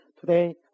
today